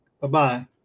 Bye-bye